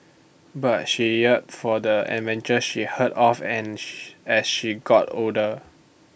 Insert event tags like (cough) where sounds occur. but she yearn for the adventures she heard of and (unintelligible) as she got older